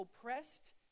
oppressed